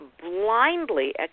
blindly